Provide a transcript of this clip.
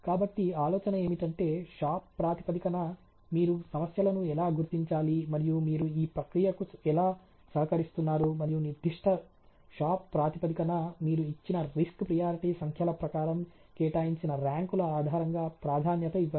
కాబట్టి ఆలోచన ఏమిటంటే షాప్ ప్రాతిపదికన మీరు సమస్యలను ఎలా గుర్తించాలి మరియు మీరు ఈ ప్రక్రియకు ఎలా సహకరిస్తున్నారు మరియు నిర్దిష్ట షాప్ ప్రాతిపదికన మీరు ఇచ్చిన రిస్క్ ప్రియారిటీ సంఖ్యల ప్రకారం కేటాయించిన ర్యాంకుల ఆధారంగా ప్రాధాన్యత ఇవ్వండి